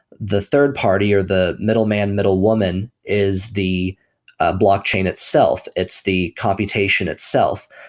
the third party or the middleman, middlewoman is the ah blockchain itself. it's the computation itself.